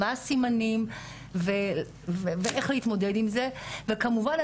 מה הסימנים ואיך להתמודד עם זה וכמובן,